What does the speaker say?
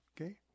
okay